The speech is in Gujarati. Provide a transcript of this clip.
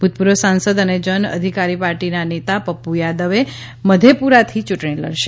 ભૂતપૂર્વ સાંસદ અને જન અધિકાર પાર્ટીના નેતા પપ્પ થાદવે મધેપૂરાથી ચૂંટણી લડશે